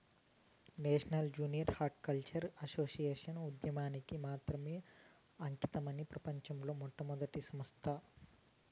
national junior horticultural association ఉద్యానవనానికి మాత్రమే అంకితమైన ప్రపంచంలో మొట్టమొదటి సంస్థ